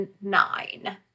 nine